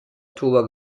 oktober